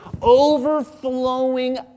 overflowing